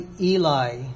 Eli